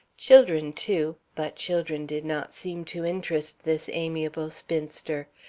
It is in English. children, too but children did not seem to interest this amiable spinster.